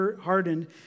hardened